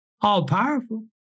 all-powerful